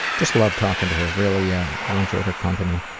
just loved talking to her, really yeah really enjoyed her company.